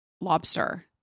lobster